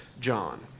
John